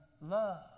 love